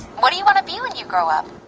what do you want to be when you grow up?